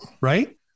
Right